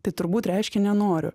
tai turbūt reiškia nenoriu